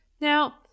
Now